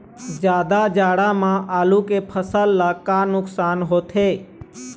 जादा जाड़ा म आलू के फसल ला का नुकसान होथे?